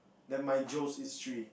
the Migos is three